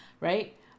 right